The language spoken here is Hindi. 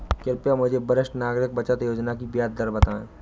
कृपया मुझे वरिष्ठ नागरिक बचत योजना की ब्याज दर बताएं?